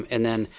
um and then,